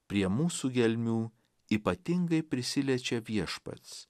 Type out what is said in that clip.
prie mūsų gelmių ypatingai prisiliečia viešpats